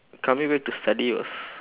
coming here to study was